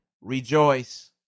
rejoice